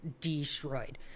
destroyed